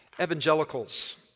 Evangelicals